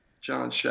John